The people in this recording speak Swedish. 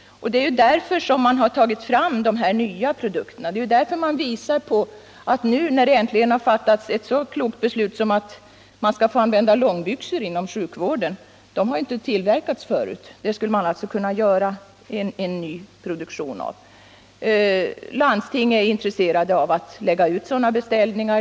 Det är ju därför man har tagit fram de här nya produkterna. Det är därför man visar på att man nu, när det äntligen har fattats ett så klokt beslut om att långbyxor får användas inom sjukvården och eftersom de inte har tillverkats förut, skulle kunna börja en nyproduktion av sådana. Inom landstingen är man intresserad av att lägga ut sådana beställningar.